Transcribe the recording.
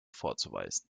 vorzuweisen